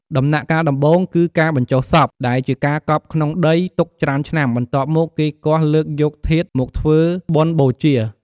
ដំណាក់កាលដំបូង គឺការបញ្ចុះសព ដែលជាការកប់ក្នុងដី ទុកច្រើនឆ្នាំ បន្ទាប់មក គេគាស់លើកយកធាតុមកធ្វើបុណ្យបូជា។